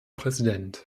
präsident